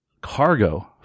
cargo